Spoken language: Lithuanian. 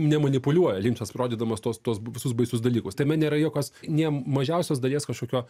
nemanipuliuoja linčas rodydamas tuos tuos visus baisius dalykus tame nėra jokios nė mažiausios dalies kažkokio